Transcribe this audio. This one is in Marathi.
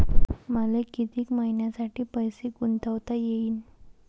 मले कितीक मईन्यासाठी पैसे गुंतवता येईन?